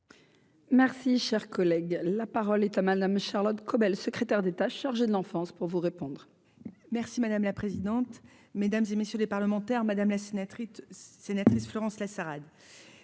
Merci, cher collègue, la parole est à madame Charlotte Caubel, secrétaire d'État chargé de l'enfance pour vous répondre. Merci madame la présidente, mesdames et messieurs les parlementaires, madame la sénatrice sénatrice Florence Lassaad,